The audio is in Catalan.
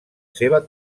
seva